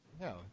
No